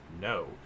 no